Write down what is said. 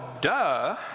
duh